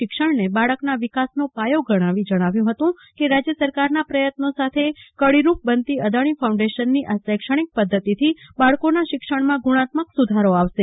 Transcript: શિક્ષણને બાળકના વિકાસનો પાયો ગણાવી જણાવ્યું હતું કે રાજ્ય સરકારના પ્રથત્નો સાથે કડીરૂપ બનતીઅદાણીફાઉન્ડેશનની આ શૈક્ષણિક પદ્વતિથીબાળકોનાં શિક્ષણમાં ગુણાત્મક સુધારો આવશે